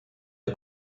est